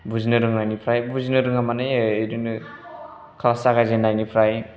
बुजिनो रोंनायनिफ्राय बुजिनो रोंनाय माने बिदिनो क्लास जागायजेननायनिफ्राय